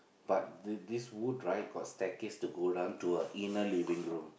but the this wood right got staircase to go down to her inner living room